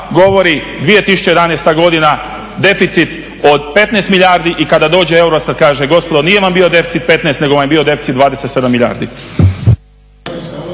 govori 2011. Godini, deficit od 15 milijardi i kada dođe EUROSTAT kaže gospodo nije vam bio deficit 15 nego vam je bio deficit 27 milijardi.